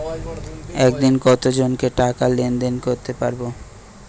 একদিন কত জনকে টাকা লেনদেন করতে পারবো?